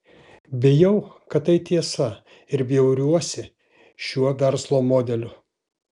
bijau kad tai tiesa ir bjauriuosi šiuo verslo modeliu